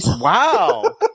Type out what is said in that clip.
Wow